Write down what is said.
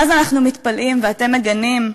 ואז אנחנו מתפלאים ואתם מגנים.